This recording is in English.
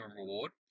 reward